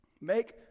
Make